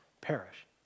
perish